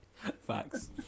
Facts